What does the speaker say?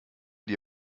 dir